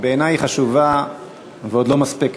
בעיני היא חשובה וגם עוד לא מספקת.